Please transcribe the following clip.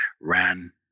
ran